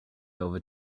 over